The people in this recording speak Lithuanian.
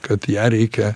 kad ją reikia